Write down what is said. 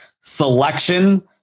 selection